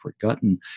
forgotten